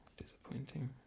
Disappointing